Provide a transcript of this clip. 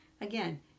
again